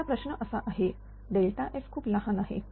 आता प्रश्न असा आहे f खूप लहान आहे